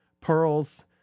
pearls